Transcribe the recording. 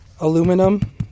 aluminum